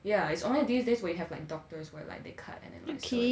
yeah it's only these days where you have like doctors where like they cut and